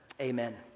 Amen